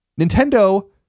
Nintendo